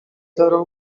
ترا